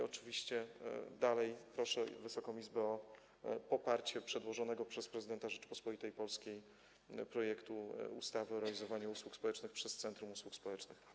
Oczywiście nadal proszę Wysoką Izbę o poparcie przedłożonego przez prezydenta Rzeczypospolitej Polskiej projektu ustawy o realizowaniu usług społecznych przez centrum usług społecznych.